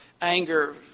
anger